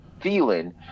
feeling